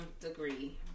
degree